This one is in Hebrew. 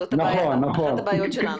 זאת אחת הבעיות שלנו.